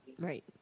Right